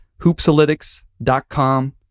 hoopsalytics.com